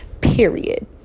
period